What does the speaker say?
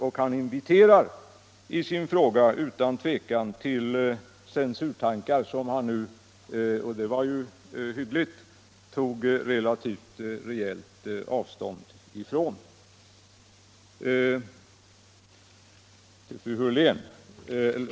Och herr Lidgard inviterar i sin fråga utan tvivel till censurtankar, som han nu — och det var ju hyggligt — tog relativt rejält avstånd från.